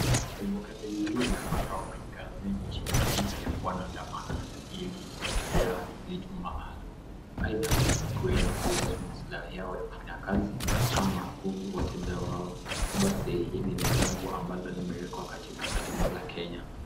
Wakati mwingine unapata wafanyakazi nchini Kenya wanaandamana ili kutetea vitu maalum. Aidha ikue ni kuhusu maslahi yao ya kufanya kazi ama kuhusu wateja wao. Basi hili ni jambo ambalo limewekwa katika katiba ya Kenya.